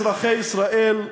אזרחי ישראל,